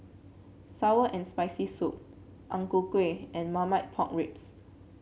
sour and Spicy Soup Ang Ku Kueh and Marmite Pork Ribs